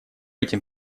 этим